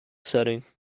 setting